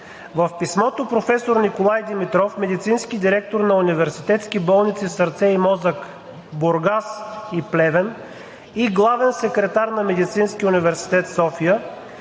В писмото професор Николай Димитров – медицински директор на Университетски болници „Сърце и мозък“ – Бургас и Плевен, и главен секретар на Медицинския университет – София,